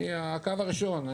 אני הקו הראשון.